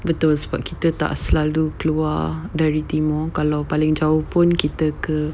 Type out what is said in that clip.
betul sebab kita tak selalu keluar dari timur kalau paling jauh pun kita ke